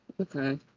okay